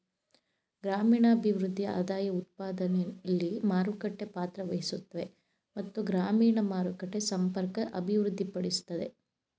ಗ್ರಾಮೀಣಭಿವೃದ್ಧಿ ಆದಾಯಉತ್ಪಾದನೆಲಿ ಮಾರುಕಟ್ಟೆ ಪಾತ್ರವಹಿಸುತ್ವೆ ಮತ್ತು ಗ್ರಾಮೀಣ ಮಾರುಕಟ್ಟೆ ಸಂಪರ್ಕ ಅಭಿವೃದ್ಧಿಪಡಿಸ್ತದೆ